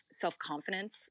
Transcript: self-confidence